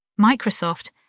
Microsoft